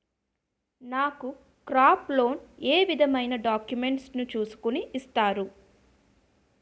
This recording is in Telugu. నాకు క్రాప్ లోన్ ఏ విధమైన డాక్యుమెంట్స్ ను చూస్కుని ఇస్తారు?